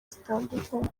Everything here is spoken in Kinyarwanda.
zitandukanye